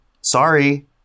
Sorry